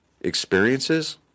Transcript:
experiences